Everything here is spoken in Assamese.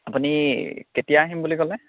আপুনি কেতিয়া আহিম বুলি ক'লে